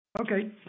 Okay